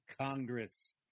Congress